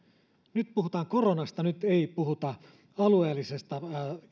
nyt puhutaan koronasta nyt ei puhuta alueellisesta